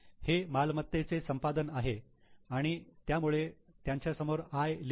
हे मालमत्तेचे संपादन आहे आणि त्यामुळे त्यांच्यासमोर 'I' लिहू